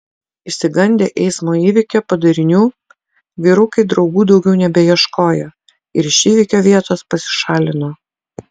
išsigandę eismo įvykio padarinių vyrukai draugų daugiau nebeieškojo ir iš įvykio vietos pasišalino